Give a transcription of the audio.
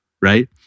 Right